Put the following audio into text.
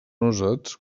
usats